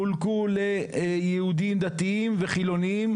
חולקו ליהודים דתיים וחילוניים,